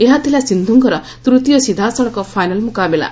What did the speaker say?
ଏହା ଥିଲା ସିନ୍ଧୁଙ୍କର ତୃତୀୟ ସିଧାସଳଖ ଫାଇନାଲ ମୁକାବିଲା